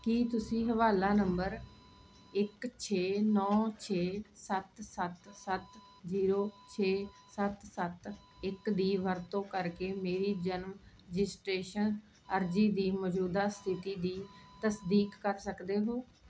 ਕੀ ਤੁਸੀਂ ਹਵਾਲਾ ਨੰਬਰ ਇੱਕ ਛੇ ਨੌ ਛੇ ਸੱਤ ਸੱਤ ਸੱਤ ਜੀਰੋ ਛੇ ਸੱਤ ਸੱਤ ਇੱਕ ਦੀ ਵਰਤੋਂ ਕਰਕੇ ਮੇਰੀ ਜਨਮ ਰਜਿਸਟ੍ਰੇਸ਼ਨ ਅਰਜ਼ੀ ਦੀ ਮੌਜੂਦਾ ਸਥਿਤੀ ਦੀ ਤਸਦੀਕ ਕਰ ਸਕਦੇ ਹੋ